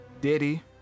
Diddy